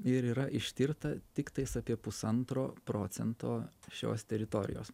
ir yra ištirta tiktais apie pusantro procento šios teritorijos